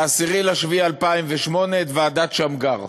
ב-10 ביולי 2008, את ועדת שמגר.